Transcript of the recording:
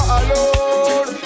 alone